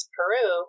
Peru